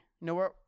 No